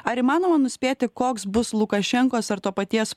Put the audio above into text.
ar įmanoma nuspėti koks bus lukašenkos ar to paties